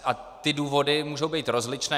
A ty důvody mohou být rozličné.